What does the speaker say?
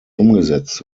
umgesetzt